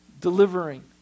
delivering